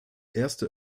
erste